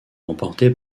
remportée